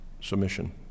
Submission